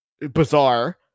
Bizarre